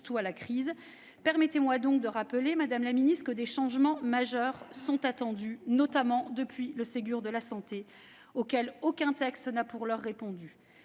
à répondre à la crise. Permettez-moi de rappeler, madame la ministre, que des changements majeurs sont attendus, notamment depuis le Ségur de la santé. Aucun texte n'y a, pour l'heure, répondu.